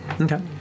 Okay